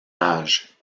rage